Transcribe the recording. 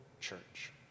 church